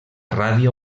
ràdio